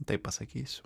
taip pasakysiu